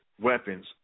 weapons